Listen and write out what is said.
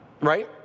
right